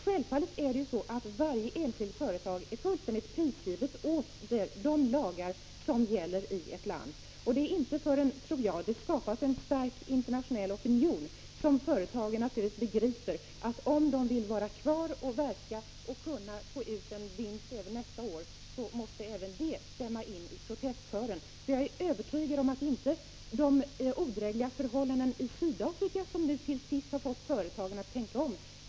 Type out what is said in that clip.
Självfallet är varje enskilt företag fullständigt prisgivet åt de lagar som gäller i ett land. Det är inte förrän det skapas en stark internationell opinion som företagen begriper att om de vill vara kvar och verka där och även få ut vinst nästa år, måste de stämma in i protestkören. Jag är övertygad om att det inte är de odrägliga förhållandena i Sydafrika som till sist har fått företagen att tänka om.